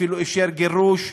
הוא אפילו אישר גירוש,